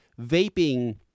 vaping